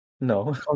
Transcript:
No